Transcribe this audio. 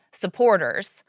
supporters